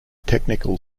technical